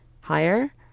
higher